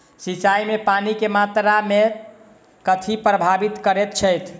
सिंचाई मे पानि केँ मात्रा केँ कथी प्रभावित करैत छै?